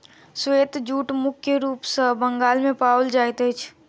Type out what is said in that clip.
श्वेत जूट मुख्य रूप सॅ बंगाल मे पाओल जाइत अछि